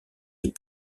les